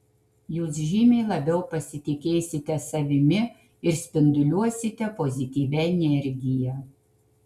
jūs žymiai labiau pasitikėsite savimi ir spinduliuosite pozityvia energija